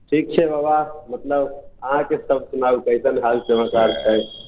ठीक छै बाबा मतलब अहाँके सब सुनाउ कैसन हाल समाचार छै